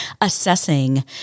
assessing